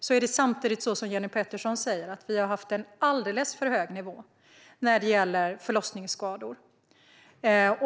Samtidigt är det så som Jenny Petersson säger: Vi har haft en alldeles för hög nivå när det gäller förlossningsskador.